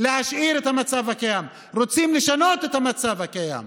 להשאיר את המצב הקיים, רוצים לשנות את המצב הקיים.